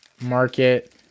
Market